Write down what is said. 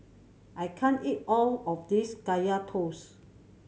I can't eat all of this Kaya Toast